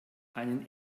einen